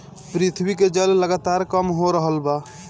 पृथ्वी के जल लगातार कम हो रहल बा